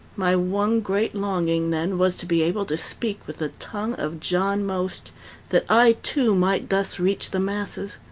my one great longing then was to be able to speak with the tongue of john most that i, too, might thus reach the masses.